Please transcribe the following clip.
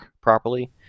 properly